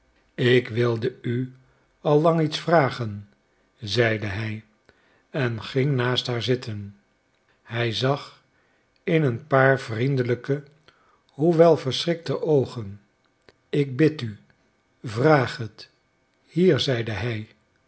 ik wilde u al lang iets vragen zeide hij en ging naast haar zitten hij zag in een paar vriendelijke hoewel verschrikte oogen ik bid u vraag het hier zeide hij